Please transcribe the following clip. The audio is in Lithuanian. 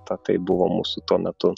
tatai buvo mūsų tuo metu